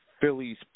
Phillies